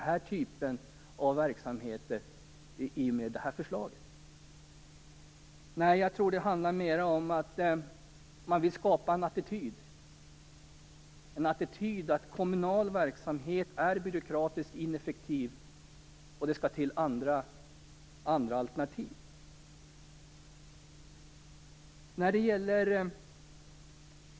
Jag tror att det handlar om att man vill skapa en attityd, att kommunal verksamhet är byråkratisk och ineffektiv och att det skall till andra alternativ.